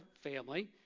family